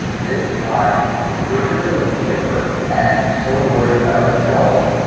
this time we're really looking inward and so worried about ourselves.